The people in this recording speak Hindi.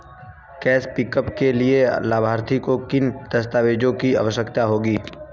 कैश पिकअप के लिए लाभार्थी को किन दस्तावेजों की आवश्यकता होगी?